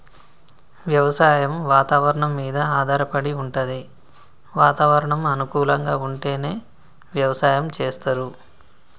వ్యవసాయం వాతవరణం మీద ఆధారపడి వుంటది వాతావరణం అనుకూలంగా ఉంటేనే వ్యవసాయం చేస్తరు